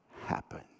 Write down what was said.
happen